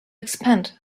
expand